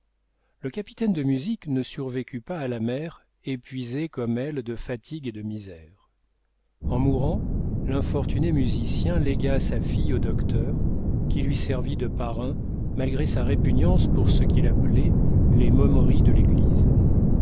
le capitaine de musique ne survécut pas à la mère épuisé comme elle de fatigues et de misères en mourant l'infortuné musicien légua sa fille au docteur qui lui servit de parrain malgré sa répugnance pour ce qu'il appelait les momeries de l'église